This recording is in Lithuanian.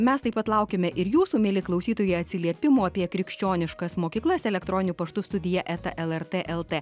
mes taip pat laukiame ir jūsų mieli klausytojai atsiliepimų apie krikščioniškas mokyklas elektroniu paštu studija eta lrt lt